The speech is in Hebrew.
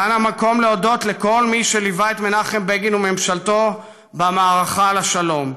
כאן המקום להודות לכל מי שליווה את מנחם בגין וממשלתו במערכה על השלום,